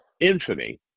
infamy